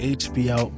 hbo